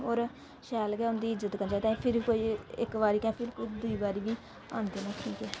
होर शैल गै उं'दी इज्जत करनी चाहिदी फिर गै कोई इक बारी ते दूई बारी बी आंदे न ठीक ऐ